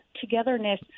togetherness